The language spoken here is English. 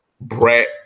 brat